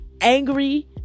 angry